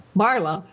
Barla